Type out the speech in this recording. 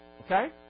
Okay